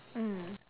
mm